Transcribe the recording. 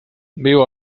viu